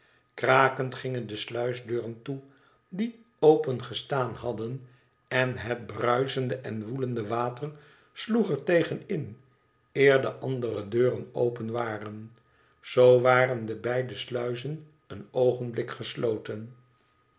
krakend gingen de sluisdeuren toe die opengestaan hadden en het bruisende en woelende water sloeg er tegen in eer de andere deuren open waren zoo waren de beide kluizen een oogenblik gesloten